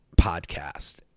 podcast